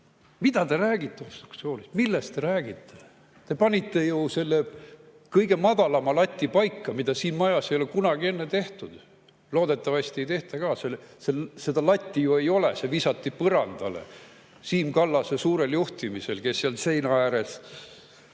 te räägite obstruktsioonist? Millest te räägite? Te panite ju selle kõige madalama lati paika, mida siin majas ei ole kunagi enne tehtud. Loodetavasti ei tehta ka, seda latti ju ei ole, see visati põrandale Siim Kallase suurel juhtimisel, kes seal seina ääres